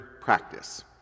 practice